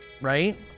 Right